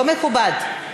לא מכובד.